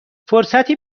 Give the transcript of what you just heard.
فرصتی